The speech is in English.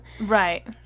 Right